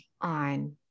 on